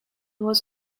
was